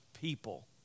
people